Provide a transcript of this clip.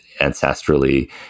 ancestrally